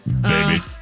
Baby